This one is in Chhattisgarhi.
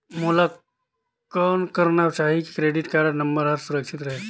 मोला कौन करना चाही की क्रेडिट कारड नम्बर हर सुरक्षित रहे?